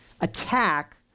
attack